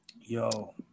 Yo